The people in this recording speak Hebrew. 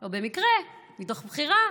לא במקרה, מתוך בחירה,